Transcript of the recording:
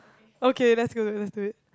okay that's good let's do it